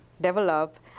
develop